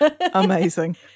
amazing